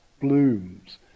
blooms